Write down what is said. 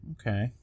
Okay